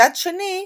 מצד שני,